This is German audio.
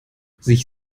sich